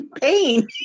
pain